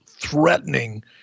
threatening